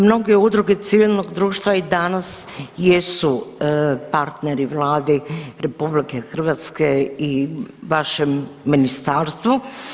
Mnoge udruge civilnog društva i danas jesu partneri Vladi RH i vašem ministarstvu.